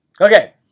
Okay